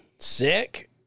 Sick